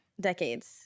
decades